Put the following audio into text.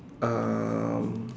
um